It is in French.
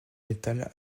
métal